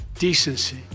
decency